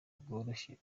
bworoshye